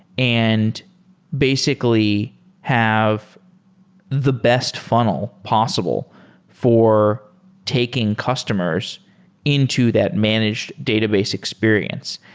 and basically have the best funnel possible for taking customers into that managed database experience.